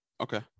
okay